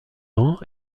ans